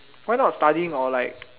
why not studying or like